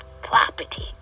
property